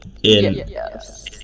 Yes